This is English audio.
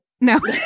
No